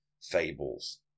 fables